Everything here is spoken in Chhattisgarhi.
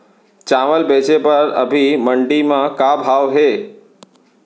चांवल बेचे बर अभी मंडी म का भाव हे?